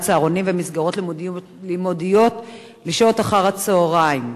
צהרונים ומסגרות לימודיות לשעות אחר-הצהריים.